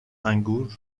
انگور